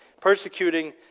persecuting